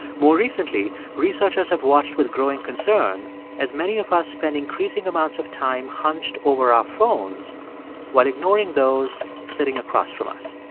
more recently, researchers have watched with growing concern as many of us spend increasing amounts of time hunched over our phones while ignoring those sitting across from us.